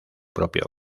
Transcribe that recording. propio